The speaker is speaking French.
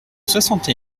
soixante